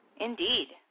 Indeed